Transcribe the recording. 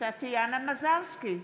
נגד מרב מיכאלי, נגד יוליה מלינובסקי,